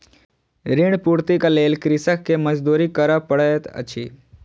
ऋण पूर्तीक लेल कृषक के मजदूरी करअ पड़ैत अछि